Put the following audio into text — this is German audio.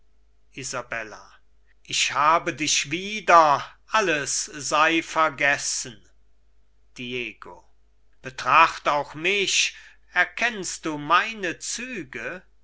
ich habe dich wieder alles sei vergessen diego betracht auch mich erkennst du meine züge